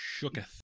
shooketh